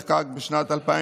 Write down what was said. תיקון מס' 44, שנחקק בשנת 2018,